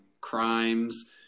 crimes